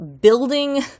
building